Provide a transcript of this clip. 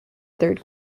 third